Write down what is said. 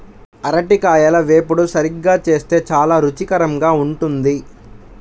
అరటికాయల వేపుడు సరిగ్గా చేస్తే చాలా రుచికరంగా ఉంటుంది